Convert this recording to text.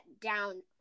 down